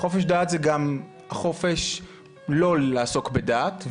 חופש דת זה גם חופש לא לעסוק בדת,